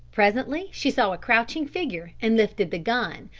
presently she saw a crouching figure and lifted the gun,